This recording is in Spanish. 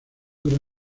gran